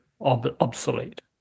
obsolete